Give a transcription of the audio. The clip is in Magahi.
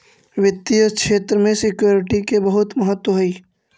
वित्तीय क्षेत्र में सिक्योरिटी के बहुत महत्व हई